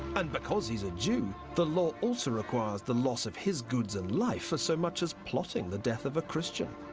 and, because he's a jew, the law also requires the loss of his goods and life for so much as plotting the death of a christian.